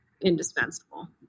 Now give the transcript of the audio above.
indispensable